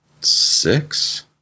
six